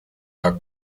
were